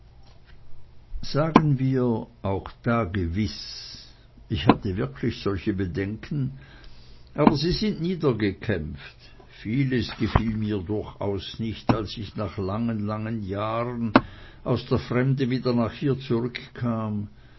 sagen wir auch da gewiß ich hatte wirklich solche bedenken aber sie sind niedergekämpft vieles gefiel mir durchaus nicht als ich nach langen langen jahren aus der fremde wieder nach hier zurückkam